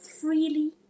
freely